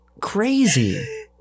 crazy